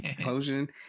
potion